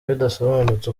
bidasobanutse